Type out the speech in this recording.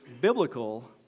biblical